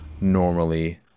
normally